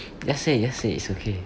just say just say it's okay